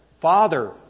Father